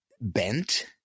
bent